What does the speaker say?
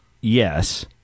Yes